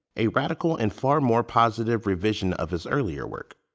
a radical and far more positive revision of his earlier work.